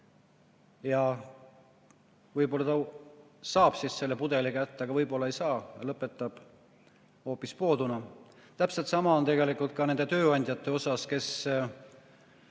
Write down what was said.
Võib-olla ta siis saab selle pudeli kätte, aga võib-olla ei saa, lõpetab hoopis pooduna. Täpselt sama on tegelikult ka nende tööandjate puhul, kes